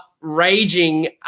raging